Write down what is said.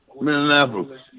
Minneapolis